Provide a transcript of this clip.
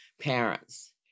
parents